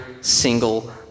single